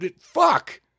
Fuck